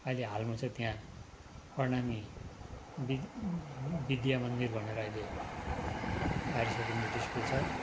अहिले हालमा चाहिँ त्यहाँ प्रणामी वि विद्यामन्दिर भनेर अहिले हायर सेकेन्डेरी स्कुल छ